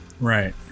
right